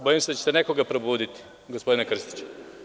Bojim se da ćete nekog probuditi, gospodine Krstiću.